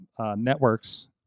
networks